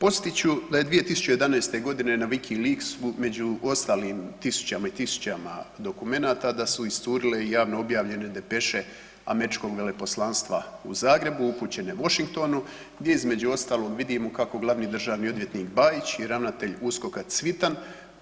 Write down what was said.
Podsjetit ću da je 2011. godine na wikileaksu među ostalim tisućama i tisućama dokumenata da su iscurile i javno objavljene depeše Američkog veleposlanstva u Zagrebu upućene Washingtonu gdje između ostalog vidimo kako glavni državni odvjetnik Bajić i ravnatelj USKOK-a Cvitan